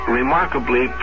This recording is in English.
remarkably